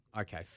Okay